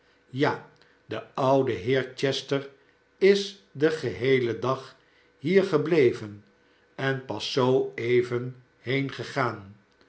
ja de oude heer chester is den geheelen dag hier gebleven en pas zoo even